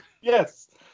Yes